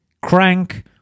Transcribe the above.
crank